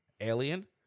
alien